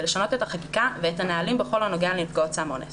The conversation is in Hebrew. לשנות את החקיקה ואת הנהלים בכל הנוגע לנפגעות סם אונס.